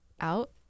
Out